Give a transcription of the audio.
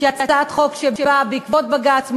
שהיא הצעת חוק שבאה בעקבות בג"ץ,